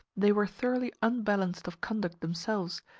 they were thoroughly unbalanced of conduct themselves,